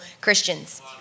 Christians